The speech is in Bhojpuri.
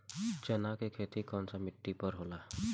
चन्ना के खेती कौन सा मिट्टी पर होला?